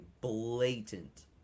blatant